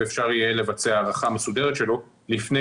ואפשר יהיה לבצע הערכה מסודרת שלו לפני